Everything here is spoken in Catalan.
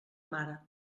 mare